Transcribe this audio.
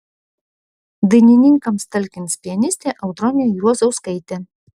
dainininkams talkins pianistė audronė juozauskaitė